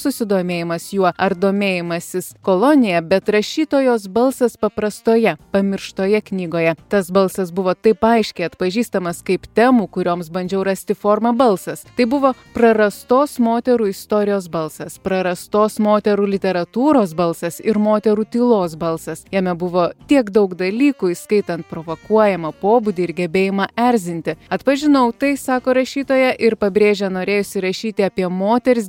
susidomėjimas juo ar domėjimasis kolonija bet rašytojos balsas paprastoje pamirštoje knygoje tas balsas buvo taip aiškiai atpažįstamas kaip temų kurioms bandžiau rasti formą balsas tai buvo prarastos moterų istorijos balsas prarastos moterų literatūros balsas ir moterų tylos balsas jame buvo tiek daug dalykų įskaitant provokuojamą pobūdį ir gebėjimą erzinti atpažinau tai sako rašytoja ir pabrėžia norėjusi rašyti apie moters